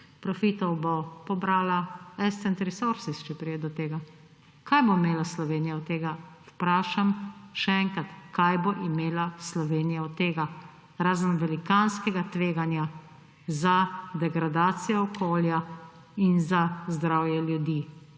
profitov bo pobrala Ascent Resources, če pride do tega. Kaj bo imela Slovenija od tega? Vprašam še enkrat: kaj bo imela Slovenija od tega, razen velikanskega tveganja za degradacijo okolja in za zdravje ljudi?